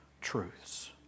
truths